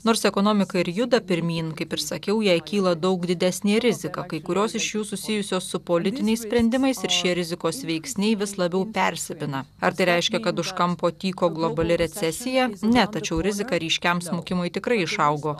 nors ekonomika ir juda pirmyn kaip ir sakiau jai kyla daug didesnė rizika kai kurios iš jų susijusios su politiniais sprendimais ir šie rizikos veiksniai vis labiau persipina ar tai reiškia kad už kampo tyko globali recesija ne tačiau rizika ryškiam smukimui tikrai išaugo